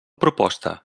proposta